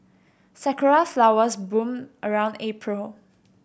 sakura flowers bloom around April